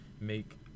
make